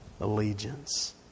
allegiance